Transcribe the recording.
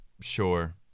sure